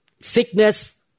sickness